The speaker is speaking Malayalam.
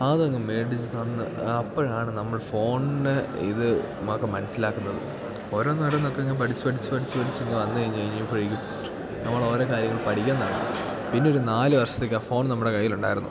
അതങ്ങ് മേടിച്ചു തന്ന് അപ്പോഴാണ് നമ്മൾ ഫോണിന് ഇത് നമുക്ക് മനസ്സിലാക്കുന്നത് ഓരോന്നോരോന്നൊക്കെ അങ്ങ് പഠിച്ച് പഠിച്ച് പഠിച്ച് പഠിച്ച് ഇങ്ങ് വന്നു കഴിഞ്ഞ് കഴിഞ്ഞപ്പോഴേക്കും നമ്മൾ ഓരോ കാര്യങ്ങൾ പഠിക്കാൻ തുടങ്ങി പിന്നൊരു നാല് വർഷത്തേക്ക് ആ ഫോൺ നമ്മുടെ കയ്യിലുണ്ടായിരുന്നു